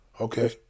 Okay